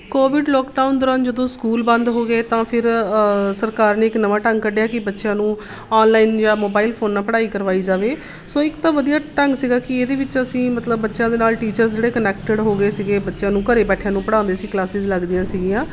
Covid lockdown ਦੌਰਾਨ ਜਦੋਂ school ਬੰਦ ਹੋ ਗਏ ਤਾਂ ਫਿਰ ਸਰਕਾਰ ਨੇ ਇੱਕ ਨਵਾਂ ਢੰਗ ਕੱਢਿਆ ਕਿ ਬੱਚਿਆਂ ਨੂੰ ਔਨਲਾਈਨ ਜਾਂ ਮੋਬਾਇਲ ਫੋਨ ਨਾਲ ਪੜ੍ਹਾਈ ਕਰਵਾਈ ਜਾਵੇ ਸੋ ਇੱਕ ਤਾਂ ਵਧੀਆ ਢੰਗ ਸੀਗਾ ਕਿ ਇਹਦੇ ਵਿੱਚ ਅਸੀਂ ਮਤਲਬ ਬੱਚਿਆਂ ਦੇ ਨਾਲ ਟੀਚਰਸ ਜਿਹੜੇ ਕਨੈਕਟਡ ਹੋ ਗਏ ਸੀਗੇ ਬੱਚਿਆਂ ਨੂੰ ਘਰ ਬੈਠਿਆਂ ਨੂੰ ਪੜ੍ਹਾਉਂਦੇ ਸੀ ਕਲਾਸਿਸ ਲੱਗਦੀਆਂ ਸੀਗੀਆਂ